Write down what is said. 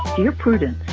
dear prudence